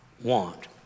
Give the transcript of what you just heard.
want